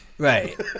Right